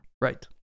right